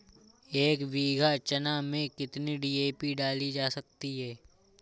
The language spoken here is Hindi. एक बीघा चना में कितनी डी.ए.पी डाली जा सकती है?